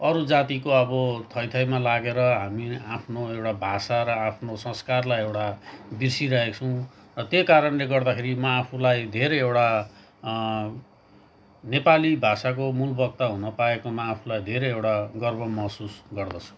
अरू जातिको अब थै थैमा लागेर हामी आफ्नो एउटा भाषा र आफ्नो संस्कारलाई एउटा बिर्सिरहेका छौँ र त्यही कारणले गर्दाखेरि म आफूलाई धेरै एउटा नेपाली भाषाको मूल वक्ता हुनपाएकोमा आफूलाई धेरै एउटा गर्व महसुस गर्दछु